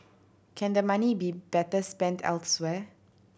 can the money be better spent elsewhere